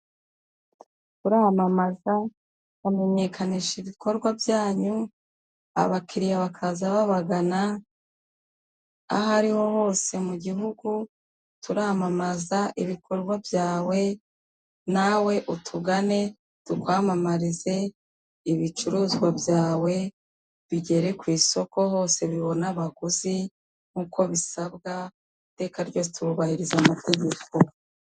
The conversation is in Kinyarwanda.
Turamamaza bamenyekanisha ibikorwa byanyu abakiriya bakaza babagana aho ariho hose mu gihugu, turamamaza ibikorwa byawe nawe utugane tukwamamarize ibicuruzwa byawe bigere ku isoko hose bibone abaguzi nkuko bisabwa iteka ryose twubahiriza amategeko.